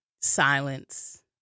silence